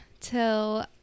till